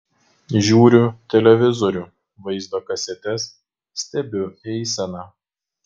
žiūriu televizorių vaizdo kasetes stebiu eiseną